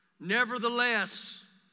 Nevertheless